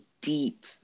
deep